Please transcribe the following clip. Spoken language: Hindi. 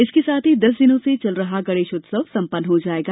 इसके साथ ही दस दिनों से चल रहा गणेश उत्सव सम्पन्न हो जायेगा